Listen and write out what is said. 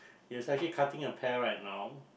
is like he cutting a pear right now